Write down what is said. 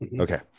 Okay